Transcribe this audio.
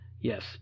Yes